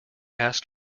asked